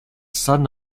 son